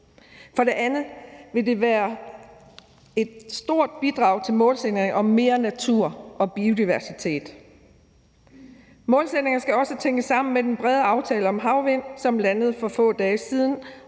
for det andet vil det være et stort bidrag til målsætningen om mere natur og biodiversitet. Målsætningerne skal også tænkes sammen med den brede aftale om havvind, som landede for få dage siden,